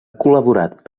col·laborat